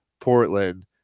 Portland